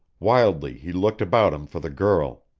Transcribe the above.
wildly he looked about him for the girl.